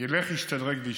ילך וישתדרג וישתפר.